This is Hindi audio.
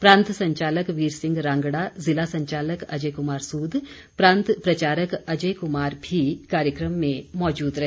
प्रांत संचालक वीर सिंह रांगड़ा ज़िला संचालक अजय कुमार सूद प्रांत प्रचारक संजय कुमार भी कार्यक्रम में मौजूद रहे